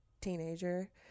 teenager